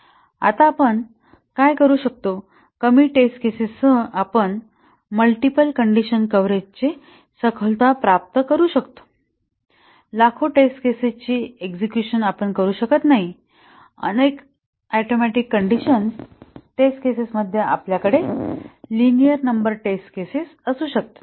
आता आपण काय करू शकतो कमी टेस्ट केसेस सह आपण मल्टिपल कण्डिशन कव्हरेजचे सखोलता प्राप्त करू शकतो लाखो टेस्ट केसेस ची एक्सझिक्युशन आपण करू शकत नाही अनेक ऍटोमिक कण्डिशनत टेस्ट केसेस मध्ये आपल्याकडे लिनिअर नंबर टेस्ट केसेस असू शकते